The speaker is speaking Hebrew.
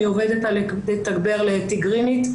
אני עובדת על לתגבר לתיגרינית,